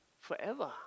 forever